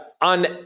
on